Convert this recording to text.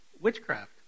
witchcraft